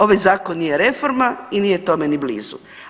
Ovaj zakon nije reforma i nije tome ni blizu.